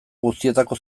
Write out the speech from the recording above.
guztietako